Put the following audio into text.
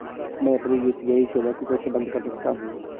मैं अपनी यू.पी.आई सेवा को कैसे बंद कर सकता हूँ?